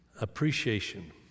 Appreciation